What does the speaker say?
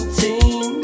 team